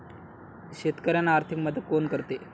शेतकऱ्यांना आर्थिक मदत कोण करते?